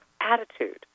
attitude